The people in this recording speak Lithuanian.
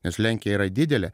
nes lenkija yra didelė